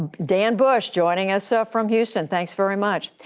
dan bush, joining us ah from houston, thanks very much.